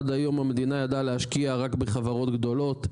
עד היום המדינה ידעה להשקיע רק בחברות גדולות,